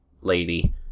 lady